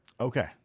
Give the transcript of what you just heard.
Okay